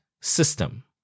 system